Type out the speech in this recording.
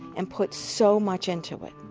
and put so much into it.